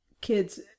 kids